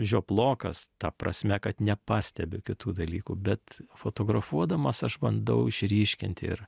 žioplokas ta prasme kad nepastebi kitų dalykų bet fotografuodamas aš bandau išryškinti ir